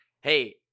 hey